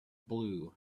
blue